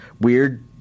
weird